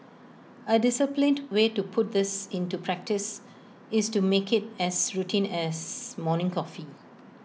A disciplined way to put this into practice is to make IT as routine as morning coffee